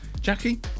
Jackie